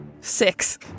Six